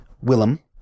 Willem